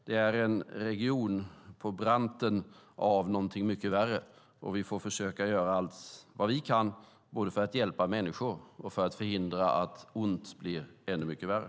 Det är en region på branten av någonting mycket värre. Vi får försöka göra allt vad vi kan både för att hjälpa människor och för att förhindra att ont blir ännu mycket värre.